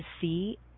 see